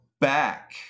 back